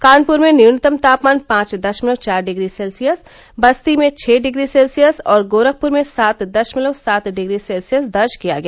कानपुर में न्यूनतम तापमान पांच दशमलव चार डिग्री सेल्सियस बस्ती में छः डिग्री सेल्सियस और गोरखपुर में सात दशमलव सात डिग्री सेल्सियस दर्ज किया गया